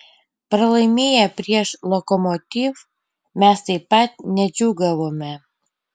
pralaimėję prieš lokomotiv mes taip pat nedžiūgavome